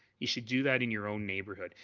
you should do that in your own neighborhood.